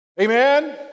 amen